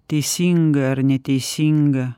teisingą ar neteisingą